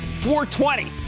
420